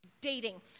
dating